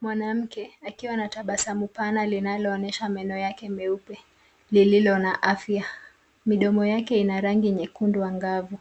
Mwanamke akiwa na tabasamu pana linaloonyesha meno yake meupe lililo na afya. Midomo yake ina rangi nyekundu angavu.